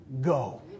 go